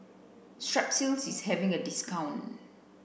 strepsils is having a discount